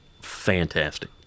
fantastic